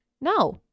No